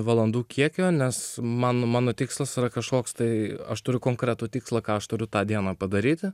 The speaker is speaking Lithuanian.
valandų kiekio nes mano mano tikslas yra kažkoks tai aš turiu konkretų tikslą ką aš turiu tą dieną padaryta